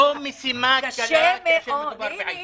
קשה מאוד לרצות אותי.